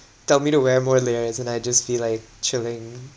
tell me to wear more layers and I just feel like chilling